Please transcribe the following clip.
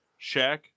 Shaq